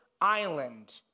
island